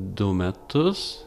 du metus